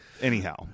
Anyhow